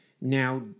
now